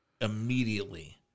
immediately